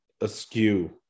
askew